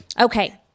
Okay